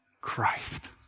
Christ